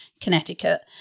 Connecticut